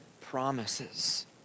promises